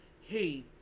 hey